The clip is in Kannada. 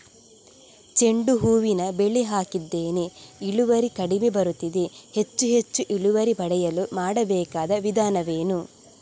ಚೆಂಡು ಹೂವಿನ ಬೆಳೆ ಹಾಕಿದ್ದೇನೆ, ಇಳುವರಿ ಕಡಿಮೆ ಬರುತ್ತಿದೆ, ಹೆಚ್ಚು ಹೆಚ್ಚು ಇಳುವರಿ ಪಡೆಯಲು ಮಾಡಬೇಕಾದ ವಿಧಾನವೇನು?